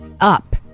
up